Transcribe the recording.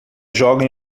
joga